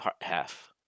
half